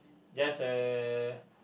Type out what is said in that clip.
just a